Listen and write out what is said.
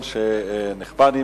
נחמן, נחמן,